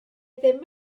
ddim